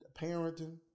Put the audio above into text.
parenting